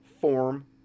form